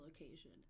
location